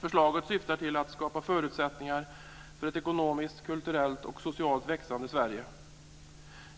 Förslagen syftar till att skapa förutsättningar för ett ekonomiskt, kulturellt och socialt växande Sverige.